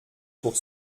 pour